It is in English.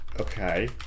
Okay